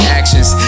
actions